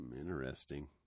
Interesting